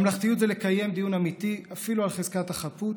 ממלכתיות זה לקיים דיון אמיתי על חזקת החפות,